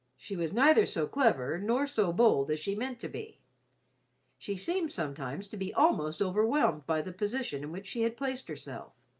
she was neither so clever nor so bold as she meant to be she seemed sometimes to be almost overwhelmed by the position in which she had placed herself.